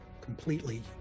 completely